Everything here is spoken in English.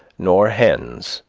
nor hens,